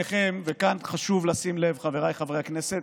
חשוב לשים לב, חבריי חברי הכנסת,